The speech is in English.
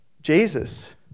Jesus